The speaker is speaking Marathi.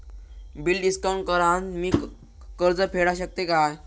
बिल डिस्काउंट करान मी कर्ज फेडा शकताय काय?